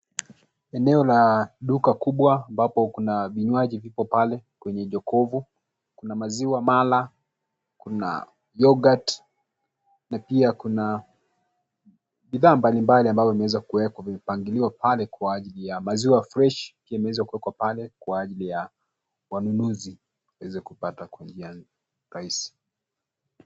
Eneo la duka kubwa ambapo kuna vinywaji vipo pale kwenye jokofu. Kuna maziwa mala, kuna yoghurt na pia kuna bidhaa mbalimbali ambavyo vimeweza kuwekwa. Vimepangiliwa pale kwa ajili ya maziwa fresh pia imeweza kuwekwa pale kwa ajili ya wanunuzi waweze kupata kwa njia rahisi.